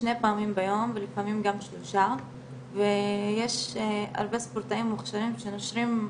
שני פעמים ביום ולפעמים גם שלוש ויש גם הרבה ספורטאים מוכשרים שנושרים,